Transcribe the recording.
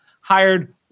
hired